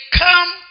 come